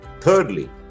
Thirdly